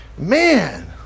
Man